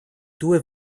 due